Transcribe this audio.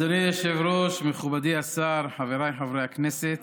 אדוני היושב-ראש, מכובדי השר, חבריי חברי הכנסת,